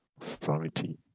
authority